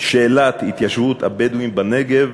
ששאלת התיישבות הבדואים בנגב